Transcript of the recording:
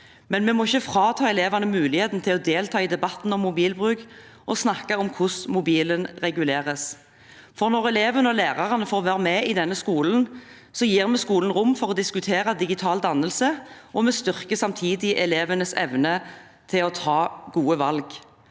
men vi må ikke frata elevene muligheten til å delta i debatten om mobilbruk og snakke om hvordan den skal reguleres. Når elevene og lærerne får være med i denne diskusjonen, gir vi skolen rom for å diskutere digital dannelse, og vi styrker samtidig elevenes evne til å ta gode valg.